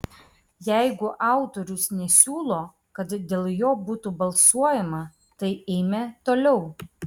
jeigu autorius nesiūlo kad dėl jo būtų balsuojama tai eime toliau